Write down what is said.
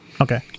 Okay